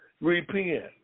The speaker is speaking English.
Repent